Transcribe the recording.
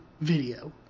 video